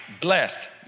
blessed